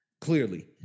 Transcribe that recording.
clearly